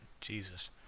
Jesus